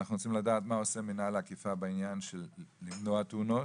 אנחנו צריכים לדעת מה עושה מנהל האכיפה בעניין של למנוע תאונות,